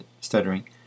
stuttering